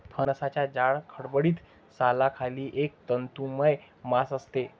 फणसाच्या जाड, खडबडीत सालाखाली एक तंतुमय मांस असते